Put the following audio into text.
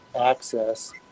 access